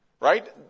Right